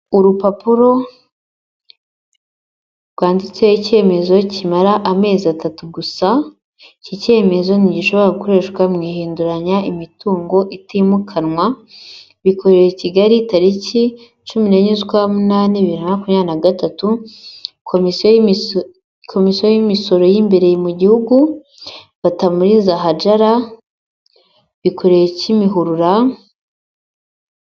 Urupapuro rwanditseho icyemezo kimara amezi atatu gusa, iki cyemezo ntigishobora gukoreshwa mu ihinduranya imitungo itimukanwa, bikorewe i Kigali tariki cumi n'enye zukwa munani bibiri makumyabiri n'agatatu, komisiyo y'imisoro y'imbere mu gihugu Batamuriza Hajala bikorewe Kimihurura.